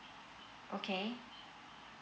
okay